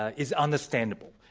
ah is understandable.